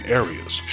areas